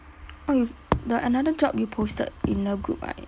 oh you the another job you posted in the group right